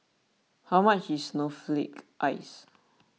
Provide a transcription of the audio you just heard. how much is Snowflake Ice